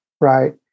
right